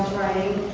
writing,